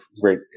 great